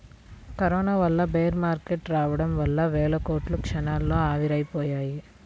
corona వల్ల bear market రావడం వల్ల వేల కోట్లు క్షణాల్లో ఆవిరయ్యాయి